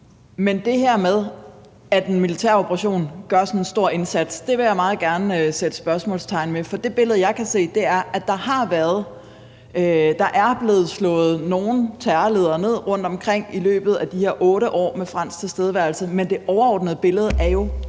Men det her med, at en militæroperation gør sådan en stor indsats, vil jeg meget gerne sætte spørgsmålstegn ved, for det billede, jeg kan se, er, at der er blevet slået nogle terrorledere ned rundtomkring i løbet af de her 8 år med fransk tilstedeværelse, men det overordnede billede er jo